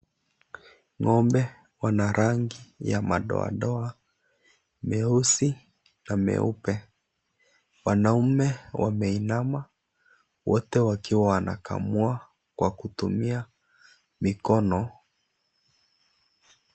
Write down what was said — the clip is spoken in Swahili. Ng'ombe wana rangi ya madoadoa meusi na meupe wanaume wameinama wote wakiwa wanakamua kwa kutumia mikono.